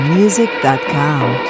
music.com